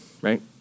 right